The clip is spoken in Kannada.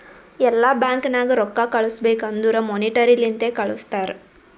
ಎಲ್ಲಾ ಬ್ಯಾಂಕ್ ನಾಗ್ ರೊಕ್ಕಾ ಕಳುಸ್ಬೇಕ್ ಅಂದುರ್ ಮೋನಿಟರಿ ಲಿಂತೆ ಕಳ್ಸುತಾರ್